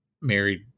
married